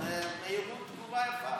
זו מהירות תגובה יפה